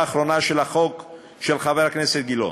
האחרונה של החוק של חבר הכנסת גילאון,